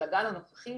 על הגל הנוכחי,